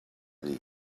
dir